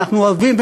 ואנחנו אוהבים,